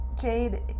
Jade